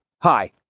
Hi